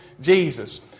Jesus